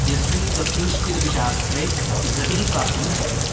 यस्मिन् कस्मिश्चिदपि शास्त्रे गतिः प्राप्तुं न शक्यते